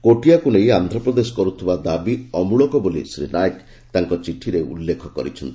କୋଟିଆକୁ ନେଇ ଆନ୍ଧ୍ରପ୍ରଦେଶ କରୁଥିବା ଦାବି ଅମୂଳକ ବୋଲି ଶ୍ରୀ ନାଏକ ତାଙ୍କ ଚିଠିରେ ଉଲ୍କେଖ କରିଛନ୍ତି